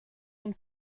und